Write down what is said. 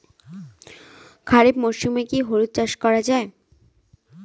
খরিফ মরশুমে কি হলুদ চাস করা য়ায়?